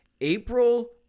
April